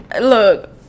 look